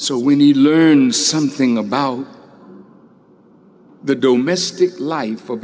so we need to learn something about the domesticity life or